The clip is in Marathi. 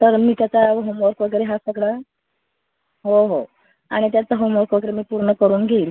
तर मी त्याचा होमवर्क वगैरे हात पकडा हो हो आणि त्याचं होमवर्क वगैरे मी पूर्ण करून घेईल